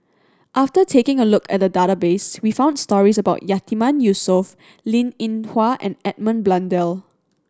after taking a look at the database we found stories about Yatiman Yusof Linn In Hua and Edmund Blundell